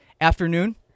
afternoon